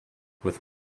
with